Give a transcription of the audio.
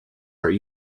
are